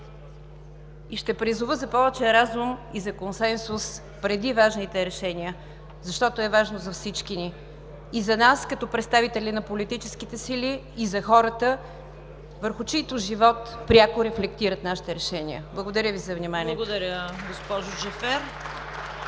и ще призова за повече разум и за консенсус преди важните решения, защото е важно за всички ни – и за нас, като представители на политическите сили, и за хората, върху чийто живот пряко рефлектират нашите решения. Благодаря Ви за вниманието. (Ръкопляскания от ДПС.)